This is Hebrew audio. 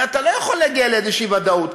הרי אתה לא יכול להגיע לאיזושהי ודאות.